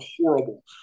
horrible